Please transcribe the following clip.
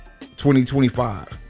2025